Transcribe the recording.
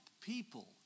people